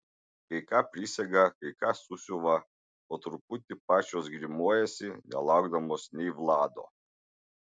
kai ką prisega kai ką susiuva po truputį pačios grimuojasi nelaukdamos nei vlado